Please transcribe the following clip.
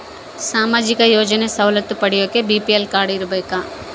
ಸಾಮಾಜಿಕ ಯೋಜನೆ ಸವಲತ್ತು ಪಡಿಯಾಕ ಬಿ.ಪಿ.ಎಲ್ ಕಾಡ್೯ ಇರಬೇಕಾ?